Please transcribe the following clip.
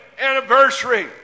anniversary